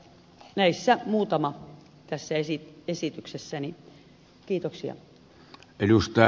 näistä muutama tässä esityksessäni